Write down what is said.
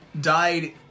died